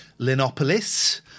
Linopolis